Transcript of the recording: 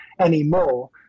anymore